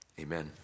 Amen